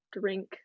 drink